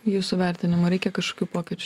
jūsų vertinimu reikia kažkokių pokyč